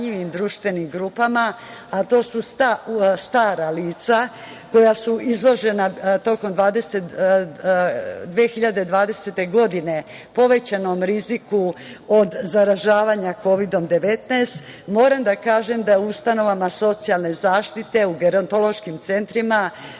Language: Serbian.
društvenim grupama, a to su stara lica koja su izložena tokom 2020. godine povećanom riziku od zaražavanja Kovidom 19, moram da kažem da u ustanovama socijalne zaštite, u gerontološkim centrima